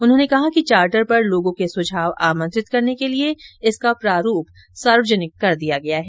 उन्होंने कहा कि चार्टर पर लोगों के सुझाव आमंत्रित करने के लिए इसका प्रारूप सार्वजनिक कर दिया गया है